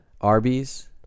arby's